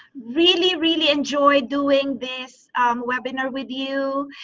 really, really enjoy doing this webinar with you.